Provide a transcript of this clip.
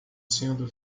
sendo